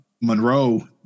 Monroe